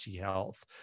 Health